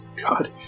God